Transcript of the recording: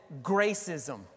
gracism